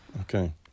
okay